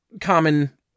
common